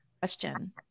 question